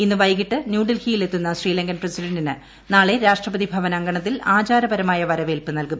ഇന്ന് വൈകിട്ട് ന്യൂഡൽഹിയിൽ എത്തുന്ന ശ്രീലങ്കൻ പ്രസിഡന്റിന് നാളെ രാഷ്ട്രപതി ഭവൻ അങ്കണത്തിൽ ആചാരപരമായ വരവേൽപ്പ് നൽകും